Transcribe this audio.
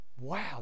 Wow